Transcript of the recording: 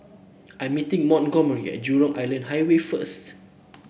I'm meeting Montgomery at Jurong Island Highway first